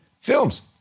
Films